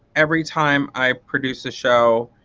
every time i produce a show,